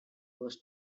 was